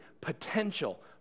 potential